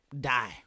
die